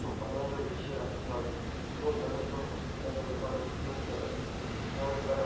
খুব ভালোভাবে গুছিয়ে রাখতে পারবে এবং তাদের কোনো অসুবিধা হবে না বা রোদ রোগ জ্বালা থাকতে তাহলে তারা